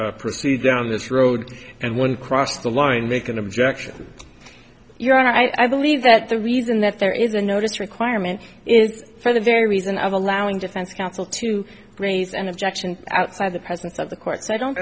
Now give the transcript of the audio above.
produce proceed down this road and one cross the line make an objection your honor i believe that the reason that there is a notice requirement is for the very reason of allowing defense counsel to raise an objection outside the presence of the court so i don't